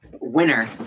winner